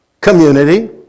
community